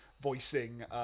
voicing